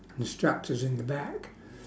and strapped us in the back